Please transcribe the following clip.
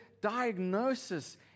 diagnosis